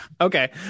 okay